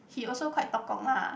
he also quite Tok-gong lah